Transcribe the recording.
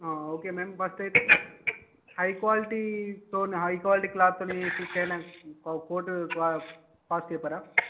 okay ma'am first అయితే high క్వాలిటితో high quality క్లాత్ని స్టిచ్ ఒక కోటు కాస్ట్ చెప్పారా